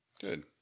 Good